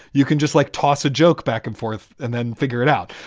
you can just like toss a joke back and forth and then figure it out.